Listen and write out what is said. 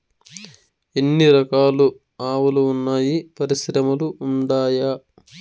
ఎన్ని రకాలు ఆవులు వున్నాయి పరిశ్రమలు ఉండాయా?